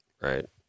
Right